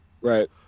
Right